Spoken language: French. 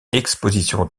exposition